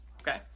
okay